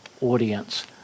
audience